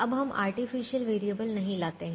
अब हम artificial variable नहीं लाते हैं